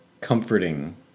comforting